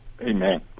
amen